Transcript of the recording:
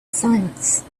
silence